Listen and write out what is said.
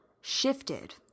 shifted